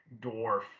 dwarf